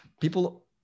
people